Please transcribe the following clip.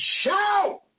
shout